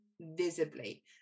visibly